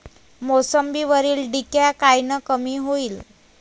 मोसंबीवरील डिक्या कायनं कमी होईल?